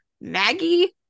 Maggie